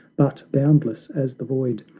but boundless as the void,